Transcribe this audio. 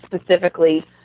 specifically